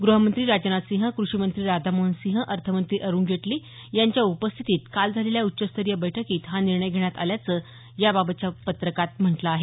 गृहमंत्री राजनाथ सिंह कृषीमंत्री राधामोहन सिंह अर्थमंत्री अरुण जेटली यांच्या उपस्थितीत काल झालेल्या उच्चस्तरीय बैठकीत हा निर्णय घेण्यात आल्याचं याबाबतच्या पत्रकात म्हटलं आहे